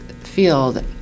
field